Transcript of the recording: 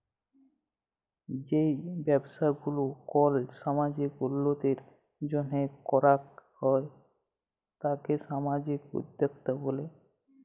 যেই ব্যবসা গুলা কল সামাজিক উল্যতির জন্হে করাক হ্যয় তাকে সামাজিক উদ্যক্তা ব্যলে